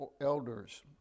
elders